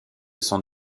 son